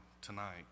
tonight